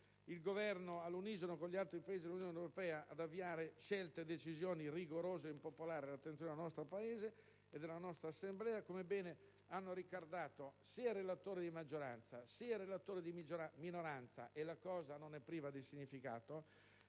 il Governo, all'unisono con gli altri Paesi europei, ad avviare scelte e decisioni rigorose e impopolari, sottoposte all'attenzione del nostro Paese e di questa Assemblea, come ben hanno ricordato sia il relatore di maggioranza che il relatore di minoranza, e la cosa non è priva di significato.